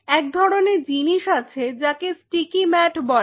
এক ধরনের জিনিস আছে যাকে স্টিকি ম্যাট বলে